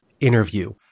interview